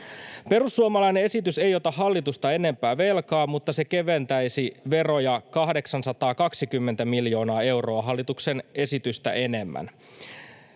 Perussuomalainen esitys ei ota hallitusta enempää velkaa, mutta se keventäisi veroja 820 miljoonaa euroa hallituksen esitystä enemmän,